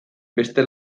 beste